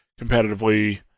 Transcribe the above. competitively